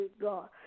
God